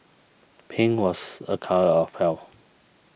pink was a colour of health